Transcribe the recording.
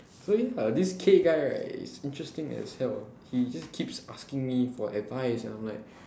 so ya this K guy right is interesting as hell he just keeps asking me for advice and I'm like